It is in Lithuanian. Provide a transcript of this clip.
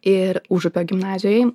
ir užupio gimnazijoj